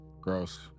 gross